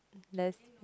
lesbian